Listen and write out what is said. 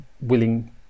willing